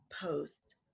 post